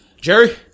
Jerry